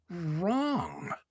wrong